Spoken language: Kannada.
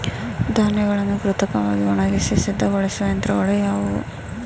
ಧಾನ್ಯಗಳನ್ನು ಕೃತಕವಾಗಿ ಒಣಗಿಸಿ ಸಿದ್ದಗೊಳಿಸುವ ಯಂತ್ರಗಳು ಯಾವುವು?